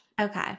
okay